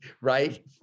right